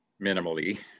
minimally